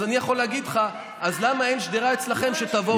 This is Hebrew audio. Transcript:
אז אני יכול להגיד לך: אז למה אין שדרה אצלכם, יש.